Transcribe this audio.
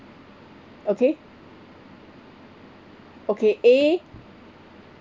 okay okay A